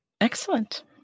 Excellent